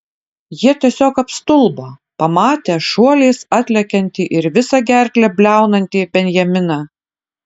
jie tiesiog apstulbo pamatę šuoliais atlekiantį ir visa gerkle bliaunantį benjaminą